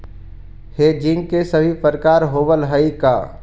Hedging के भी प्रकार होवअ हई का?